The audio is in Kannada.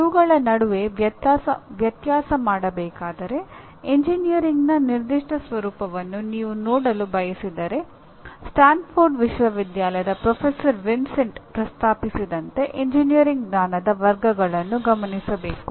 ಇವುಗಳ ನಡುವೆ ವ್ಯತ್ಯಾಸ ಮಾಡಬೇಕಾದರೆ ಎಂಜಿನಿಯರಿಂಗ್ನ ನಿರ್ದಿಷ್ಟ ಸ್ವರೂಪವನ್ನು ನೀವು ನೋಡಲು ಬಯಸಿದರೆ ಸ್ಟ್ಯಾನ್ಫೋರ್ಡ್ ವಿಶ್ವವಿದ್ಯಾಲಯದ ಪ್ರೊಫೆಸರ್ ವಿನ್ಸೆಂಟಿ ಪ್ರಸ್ತಾಪಿಸಿದಂತೆಎಂಜಿನಿಯರಿಂಗ್ ಜ್ಞಾನದ ವರ್ಗಗಳನ್ನು ಗಮನಿಸಬೇಕು